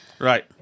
Right